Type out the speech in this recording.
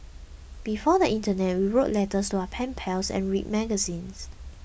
before the internet we wrote letters to our pen pals and read magazines